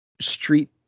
street